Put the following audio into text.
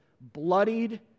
bloodied